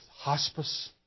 hospice